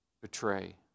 betray